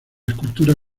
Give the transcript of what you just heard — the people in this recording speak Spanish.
escultura